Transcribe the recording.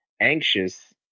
anxious